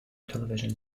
television